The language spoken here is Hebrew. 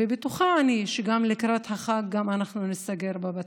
ובטוחה אני שגם לקראת החג גם אנחנו ניסגר בבתים.